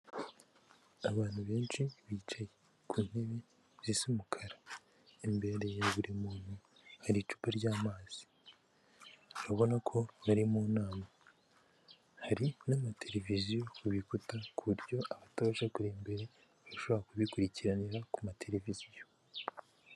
Abantu benshi bicaye ku ntebe zisa umukara, imbere ya buri muntu hari icupa ry'amazi, urabona ko bari mu nama, hari n'amatereviziyo kubikuta ku buryo abatabasha kureba imbere bashobora kubikurikiranira ku matereviziyo.